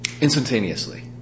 instantaneously